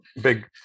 big